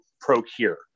procure